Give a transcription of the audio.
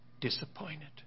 disappointed